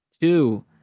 two